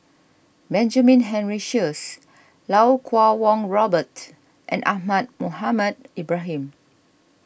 Benjamin Henry Sheares Lau Kuo Kwong Robert and Ahmad Mohamed Ibrahim